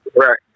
Right